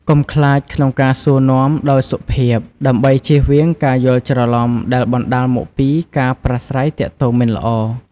កុំខ្លាចក្នុងការសួរនាំដោយសុភាព ដើម្បីជៀសវាងការយល់ច្រឡំដែលបណ្ដាលមកពីការប្រាស្រ័យទាក់ទងមិនល្អ។